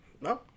no